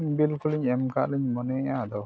ᱠᱚᱞᱤᱧ ᱮᱢ ᱠᱟᱜ ᱞᱤᱧ ᱢᱚᱱᱮᱭᱮᱫᱼᱟ ᱟᱫᱚ